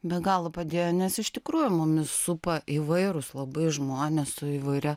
be galo padėjo nes iš tikrųjų mumis supa įvairūs labai žmonės su įvairia